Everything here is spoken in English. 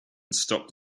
stopped